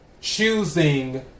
choosing